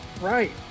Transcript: Right